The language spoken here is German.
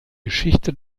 geschichte